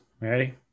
ready